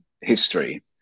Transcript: history